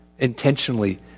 Intentionally